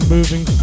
Moving